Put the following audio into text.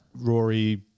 Rory